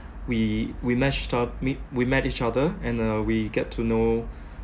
we we met each o~ we we met each other and uh we get to know